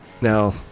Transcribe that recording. now